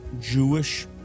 Jewish